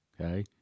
okay